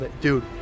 dude